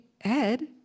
Ed